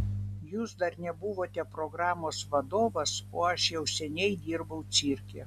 jūs dar nebuvote programos vadovas o aš jau seniai dirbau cirke